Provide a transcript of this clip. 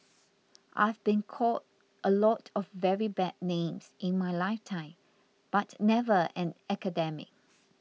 I've been called a lot of very bad names in my lifetime but never an academic